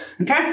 okay